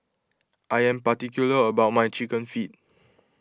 I am particular about my Chicken Feet